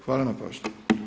Hvala na pažnji.